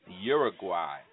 Uruguay